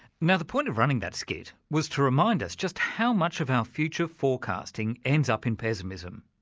now the point of running that skit was to remind us just how much of our future forecasting ends up in pessimism.